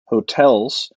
hotels